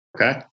Okay